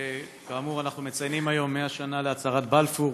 כאמור, אנחנו מציינים היום 100 שנה להצהרת בלפור.